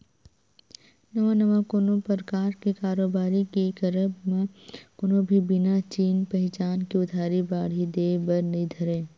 नवा नवा कोनो परकार के कारोबारी के करब म कोनो भी बिना चिन पहिचान के उधारी बाड़ही देय बर नइ धरय